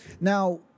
Now